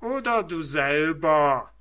oder du selber